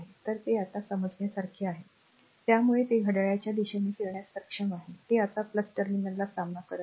तर हे आता समजण्यासारखे आहे त्यामुळे ते घड्याळाच्या दिशेने फिरण्यास सक्षम आहे ते आता टर्मिनलचा सामना करत आहे